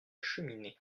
cheminée